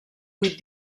vuit